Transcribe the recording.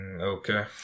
Okay